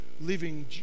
living